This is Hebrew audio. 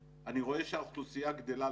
2050. אני רואה שהאוכלוסייה גדלה,